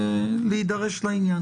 לאור הצורך שעלה והדחיפות,